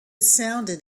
sounded